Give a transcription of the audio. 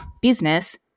business